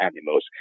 animals